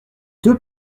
deux